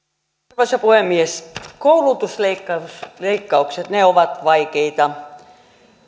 arvoisa puhemies koulutusleikkaukset ovat vaikeita